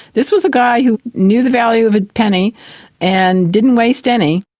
this was a guy who knew the value of a penny and didn't waste any.